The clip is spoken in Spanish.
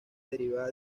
derivada